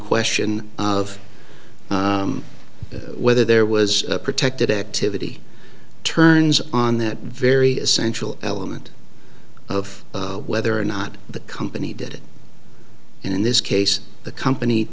question of whether there was a protected activity turns on that very essential element of whether or not the company did it in this case the company